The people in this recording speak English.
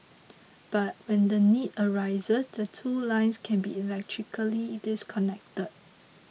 but when the need arises the two lines can be electrically disconnected